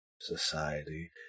society